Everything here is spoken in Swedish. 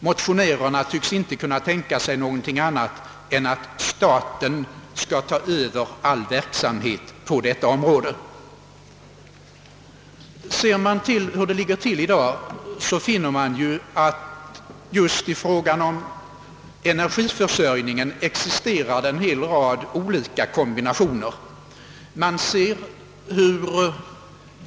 Motionärerna tycks inte kunna tänka sig något annat än att staten skall ta över all verksamhet på detta område. Ser man på hur det ligger till i dag finner man att just i fråga om energiförsörjningen existerar en hel rad olika kombinationer.